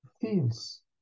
feels